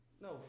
no